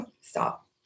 stop